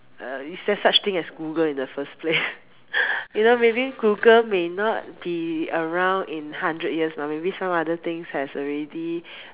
uh is there such thing as Google in the first place you know maybe Google may not be around in hundred years mah maybe some other things has already